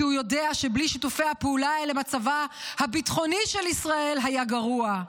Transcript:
כי הוא יודע שבלי שיתופי הפעולה האלה מצבה הביטחוני של ישראל היה גרוע.